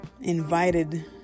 invited